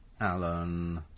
Alan